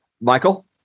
Michael